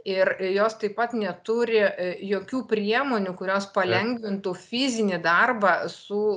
ir jos taip pat neturi jokių priemonių kurios palengvintų fizinį darbą su